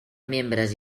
membres